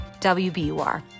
WBUR